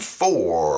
four